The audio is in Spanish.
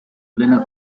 plena